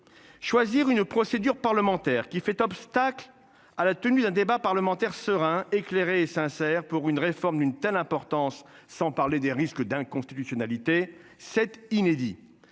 Choisir une procédure parlementaire qui fait obstacle à la tenue d'un débat parlementaire serein éclairé et sincère pour une réforme d'une telle importance sans parler des risques d'inconstitutionnalité cet inédit